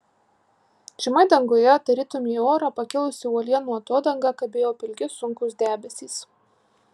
žemai danguje tarytum į orą pakilusi uolienų atodanga kabėjo pilki sunkūs debesys